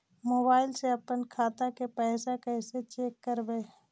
Mobile से अपन खाता के पैसा कैसे चेक करबई?